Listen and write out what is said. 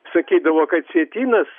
sakydavo kad sietynas